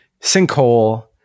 Sinkhole